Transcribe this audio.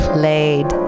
Played